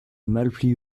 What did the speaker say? malpli